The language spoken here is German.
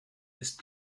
ist